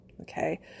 okay